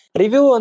review